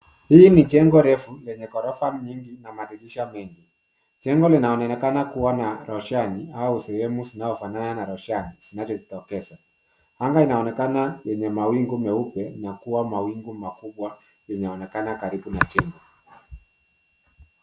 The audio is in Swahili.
Hii ni jengo refu lenye ghorofa nyingi na madirisha mengi. Jengo linaonekana kuwa na roshani au sehemu zinao fanana na roshani zinazo jitokeza. Anga inaonekana yenye mawingu meupe na kuwa mawingu makubwa inaonekana karibu na jengo.